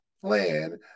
plan